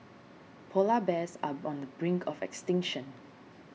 Polar Bears are on the brink of extinction